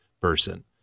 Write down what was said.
person